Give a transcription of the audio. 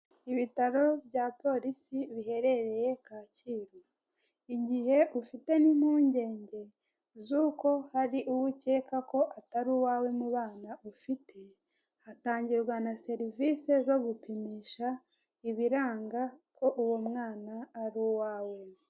Ibitaro bya polisi biherereye Kacyiru, igihe ufite n'impungenge z'uko hari uwo ukeka ko atari uwawe mu bana ufite, hatangirwa na serivisi zo gupimisha ibiranga ko uwo mwana ari uwawe.